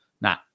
Nah